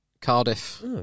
Cardiff